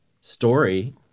story